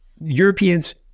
Europeans